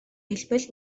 хэлбэл